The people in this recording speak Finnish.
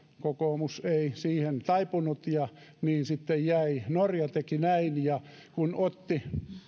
kokoomus ei siihen taipunut ja niin sitten jäi norja teki näin ja kun otti